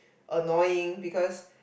annoying because